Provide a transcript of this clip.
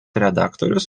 redaktorius